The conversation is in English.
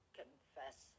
confess